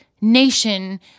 nation